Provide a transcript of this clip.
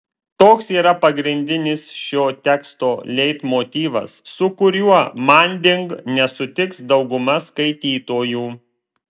toks yra pagrindinis šio teksto leitmotyvas su kuriuo manding nesutiks dauguma skaitytojų